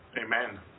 Amen